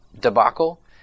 debacle